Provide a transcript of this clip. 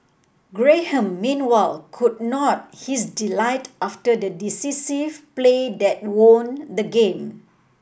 Graham meanwhile could not his delight after the decisive play that won the game